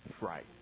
right